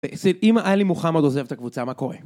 אם עלי מוחמד עוזב את הקבוצה, מה קורה?